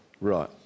Right